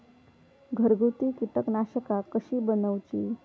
घरगुती कीटकनाशका कशी बनवूची?